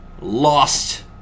lost